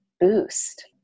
boost